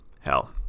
hell